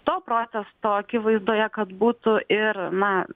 to protesto akivaizdoje kad būtų ir na